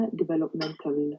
developmental